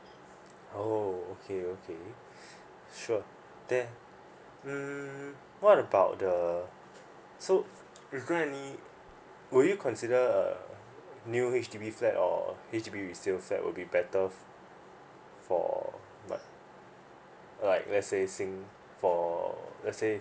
oh okay okay sure there mm what about the so is there any would you consider err new H_D_B flat or H_D_B resale flat will be better off for uh like let's say same for let's say